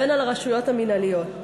והן על הרשויות המינהליות.